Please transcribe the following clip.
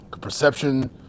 Perception